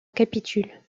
capitule